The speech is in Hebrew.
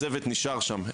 הצוות נשאר שם,